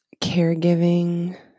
caregiving